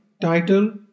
title